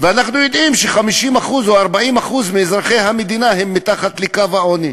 ואנחנו יודעים ש-50% או 40% מאזרחי המדינה הם מתחת לקו העוני,